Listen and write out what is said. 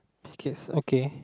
okay